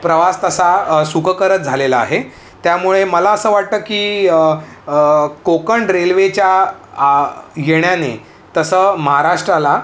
प्रवास तसा सुखकरच झालेला आहे त्यामुळे मला असं वाटतं की कोकण रेल्वेच्या आ येण्याने तसं महाराष्ट्राला